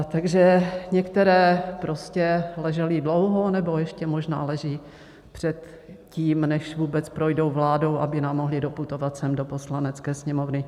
Takže některé prostě ležely dlouho, nebo ještě možná leží předtím, než vůbec projdou vládou, aby nám mohly doputovat sem do Poslanecké sněmovny.